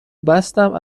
بستم